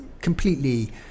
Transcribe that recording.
completely